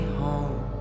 home